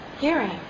Hearing